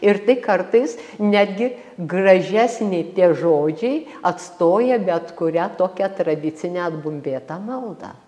ir tai kartais netgi gražesni tie žodžiai atstoja bet kurią tokią tradicinę atbumbėtą maldą